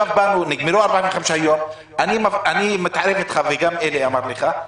נגמרו 45 יום ואני מתערב איתך גם אלי אמר לך,